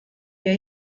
wir